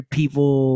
people